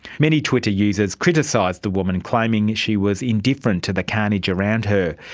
many twitter users criticised the woman, and claiming she was indifferent to the carnage around her.